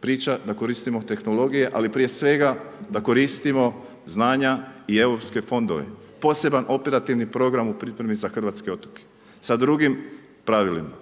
Priča da koristimo tehnologije ali prije svega da koristimo znanja i europske fondove. Poseban operativni program u pripremi za hrvatske otoke sa drugim pravilima.